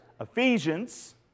Ephesians